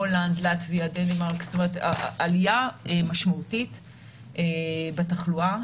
הולנד, לטביה, דנמרק, עלייה משמעותית בתחלואה.